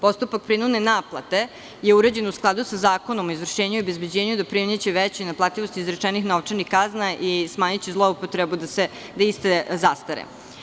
Postupak prinudne naplate je uređen u skladu sa Zakonom o izvršenju i obezbeđenju i doprineće većoj naplativosti izrečenih novčanih kazni i smanjiće zloupotrebu da iste zastare.